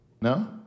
No